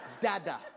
Dada